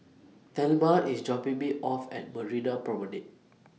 Thelma IS dropping Me off At Marina Promenade